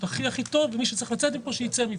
הכי טוב ומי שצריך לצאת מפה שיצא מפה,